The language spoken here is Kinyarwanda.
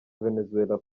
venezuela